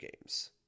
games